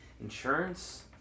insurance